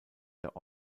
der